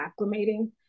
acclimating